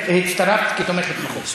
להצטרף, והצטרפת כתומכת בחוק.